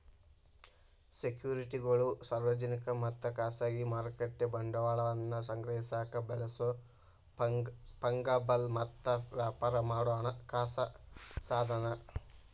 ಸೆಕ್ಯುರಿಟಿಗಳು ಸಾರ್ವಜನಿಕ ಮತ್ತ ಖಾಸಗಿ ಮಾರುಕಟ್ಟೆ ಬಂಡವಾಳವನ್ನ ಸಂಗ್ರಹಿಸಕ ಬಳಸೊ ಫಂಗಬಲ್ ಮತ್ತ ವ್ಯಾಪಾರ ಮಾಡೊ ಹಣಕಾಸ ಸಾಧನ